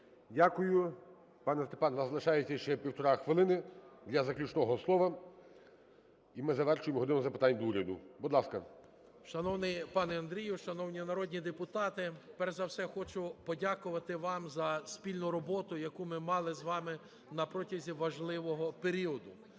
Дякую, пане Степан. В нас залишається ще півтори хвилини для заключного слова - і ми завершуємо "годину запитань до Уряду". Будь ласка. 11:11:51 КУБІВ С.І. Шановний пане Андрію, шановні народні депутати, перш за все хочу подякувати вам за спільну роботу, яку ми мали з вами на протязі важливого періоду.